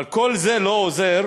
אבל כל זה לא עוזר